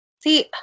See